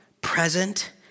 present